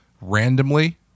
randomly